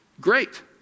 great